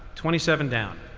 twenty seven down.